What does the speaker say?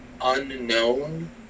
unknown